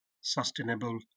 sustainable